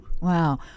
Wow